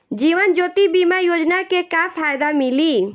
जीवन ज्योति बीमा योजना के का फायदा मिली?